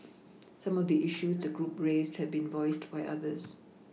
some of the issues the group raised have been voiced by others